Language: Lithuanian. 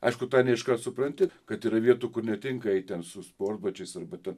aišku tą ne iškart supranti kad yra vietų kur netinka eit ten su sportbačiais arba ten